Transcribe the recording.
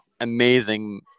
amazing